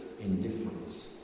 indifference